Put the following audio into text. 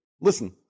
Listen